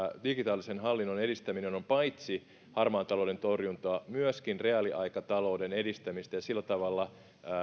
digitaalisen hallinnon edistäminen ovat paitsi harmaan talouden torjuntaa myöskin reaaliaikatalouden edistämistä ja sillä tavalla